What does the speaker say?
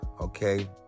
Okay